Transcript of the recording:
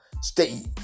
Stay